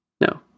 No